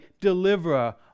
deliverer